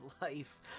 life